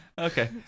Okay